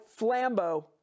Flambo